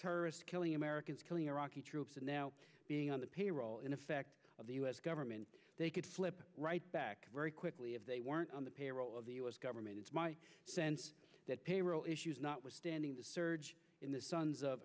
terrorists killing americans killing iraqi troops and now being on the payroll in effect of the us government they could flip right back very quickly if they weren't on the payroll of the us government it's my sense that payroll issues notwithstanding the surge in the sons of